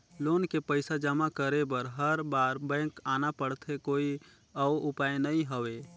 Loan के पईसा जमा करे बर हर बार बैंक आना पड़थे कोई अउ उपाय नइ हवय?